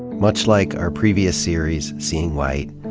much like our previous series, seeing white,